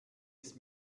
ist